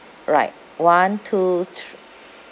right one two three